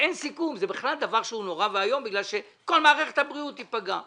אין סיכום זה בכלל דבר שהוא נורא ואיום בגלל שכל מערכת הבריאות תיפגע.